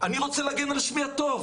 אני רוצה להגן על שמי הטוב